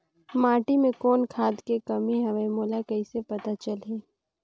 माटी मे कौन खाद के कमी हवे मोला कइसे पता चलही?